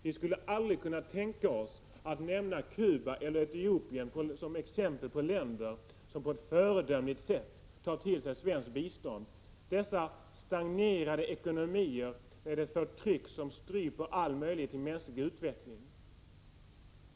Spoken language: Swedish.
Vi skulle aldrig kunna tänka oss att nämna Cuba och Etiopien som exempel på länder som på ett föredömligt sätt tar till sig svenskt bistånd. De är stagnerade ekonomier med ett förtryck som stryper all möjlighet till mänsklig utveckling.